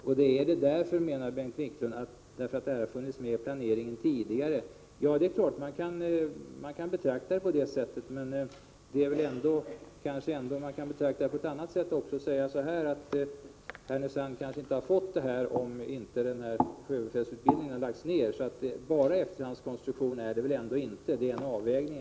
Och det är en efterhandskonstruktion, menar Bengt Wiklund, därför att denna ökning funnits med i planeringen tidigare. Ja, det är klart att man kan betrakta saken så. Men det hela kan också ses på ett annat sätt: Härnösand kanske inte hade fått dessa ytterligare platser, om inte sjöbefälsutbildningen lagts ned. Så bara en efterhandskonstruktion är det väl inte. Det är fråga om en avvägning.